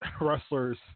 wrestlers